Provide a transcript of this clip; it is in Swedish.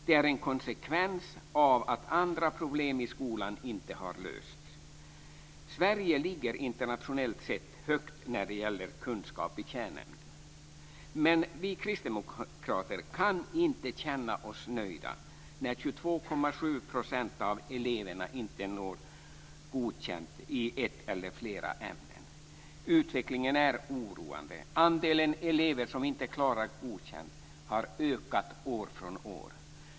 Det är en konsekvens av att andra problem i skolan inte har lösts. Sverige ligger internationellt sett högt när det gäller kunskap i kärnämnena, men vi kristdemokrater kan inte känna oss nöjda när 22,7 % Utvecklingen är oroande. Andelen elever som inte klarar Godkänd har ökat år från år.